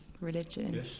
religion